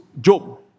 Job